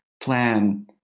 plan